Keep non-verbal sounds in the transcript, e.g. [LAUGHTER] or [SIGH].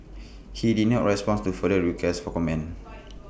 he did not respond to further requests for comment [NOISE]